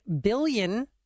billion